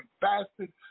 bastard